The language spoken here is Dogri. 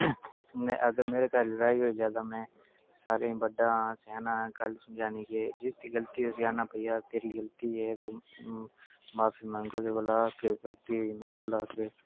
में अगर मेरे घर लड़ाई होई जा ते में सारें ई बड्डा स्याना ऐं ते जिसदी गलती होई जा ते उसी आखना की तेरी गलती ऐ ते माफी मंग ओह्दे कोला ते आख कि गलती होई मेरे कोला